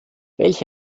welch